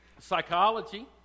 Psychology